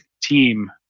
team